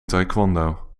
taekwondo